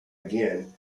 again